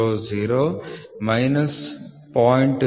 000 minus 0